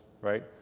right